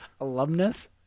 alumnus